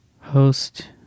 host